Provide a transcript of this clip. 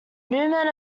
newman